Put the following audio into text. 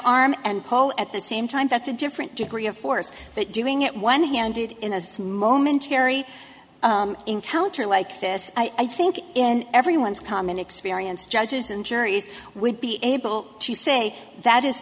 arm and call at the same time that's a different degree of force but doing it one handed in a momentary encounter like this i think in everyone's common experience judges and juries would be able to say that is